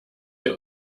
ihr